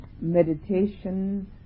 meditation